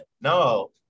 no